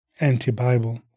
anti-Bible